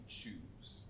choose